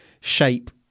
shape